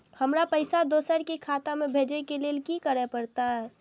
हमरा पैसा दोसर के खाता में भेजे के लेल की करे परते?